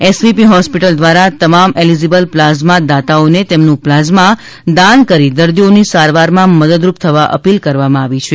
S V P hospital દ્વારા તમામ eligible plasma દાતાઓને તેમનું પ્લાઝમા દાન કરી દર્દીઓની સારવારમાં મદદરૂપ થવા અપીલ કરવામાં આવી છે